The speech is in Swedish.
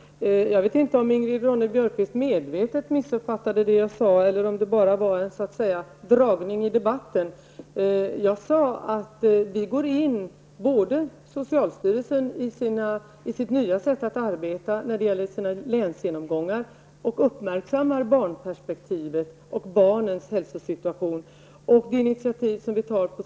Herr talman! Jag vet inte om Ingrid Ronne Björkqvist medvetet missuppfattade det jag sade eller om det bara var en ''dragning'' i debatten. Jag sade att vi går in med åtgärder. Det gäller t.ex. socialstyrelsen som arbetar på ett nytt sätt med länsgenomgångarna och uppmärksammar barnperspektivet och barnens hälsosituation.